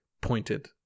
pointed